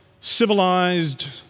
civilized